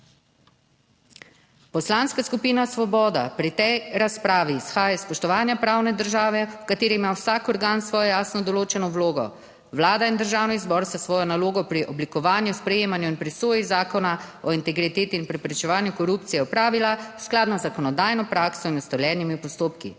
Poslanska skupina Svoboda pri tej razpravi izhaja iz spoštovanja pravne države, v kateri ima vsak organ svojo jasno določeno vlogo. Vlada in Državni zbor sta svojo nalogo pri oblikovanju, sprejemanju in presoji Zakona o integriteti in preprečevanju korupcije opravila skladno z zakonodajno prakso in ustaljenimi postopki.